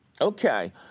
Okay